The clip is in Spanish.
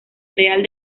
real